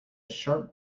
sharp